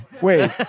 wait